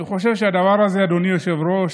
אני חושב שהדבר הזה, אדוני היושב-ראש,